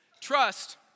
trust